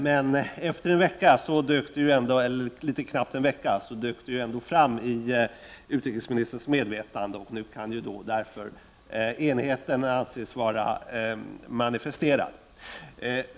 Men efter knappt en vecka dök det ändå fram i utrikesministerns medvetande, och därigenom kan nu enigheten anses vara manifesterad.